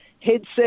Headset